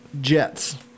Jets